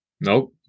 Nope